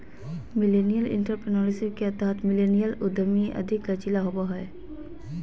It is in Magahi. मिलेनियल एंटरप्रेन्योरशिप के तहत मिलेनियल उधमी अधिक लचीला होबो हय